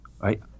right